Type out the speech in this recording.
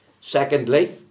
Secondly